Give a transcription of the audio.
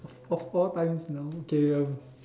of all times now K